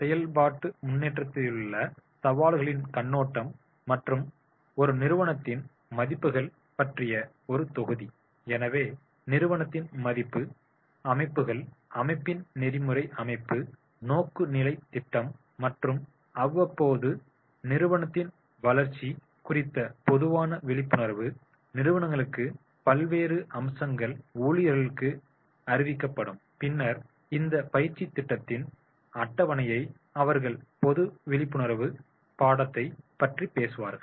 செயல்பாட்டு முன்னோக்கிலுள்ள சவால்களின் கண்ணோட்டம் மற்றும் ஒரு நிறுவனத்தின் மதிப்புகள் பற்றிய ஒரு தொகுதி எனவே நிறுவனத்தின் மதிப்பு அமைப்புகள் அமைப்பின் நெறிமுறை அமைப்பு நோக்குநிலை திட்டம் மற்றும் அவ்வப்போது நிறுவனத்தின் வளர்ச்சி குறித்த பொதுவான விழிப்புணர்வு நிறுவனங்களுக்கு பல்வேறு அம்சங்கள் ஊழியர்களுக்கு அறிவிக்கப்படும் பின்னர் இந்த பயிற்சி திட்டத்தின் அட்டவணையை அவர்கள் பொது விழிப்புணர்வு பாடத்தைப் பற்றி பேசுவார்கள்